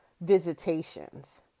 visitations